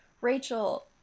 Rachel